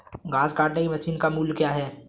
घास काटने की मशीन का मूल्य क्या है?